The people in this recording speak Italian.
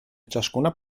ciascuna